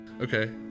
Okay